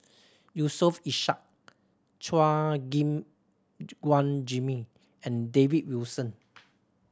Yusof Ishak Chua Gim Guan Jimmy and David Wilson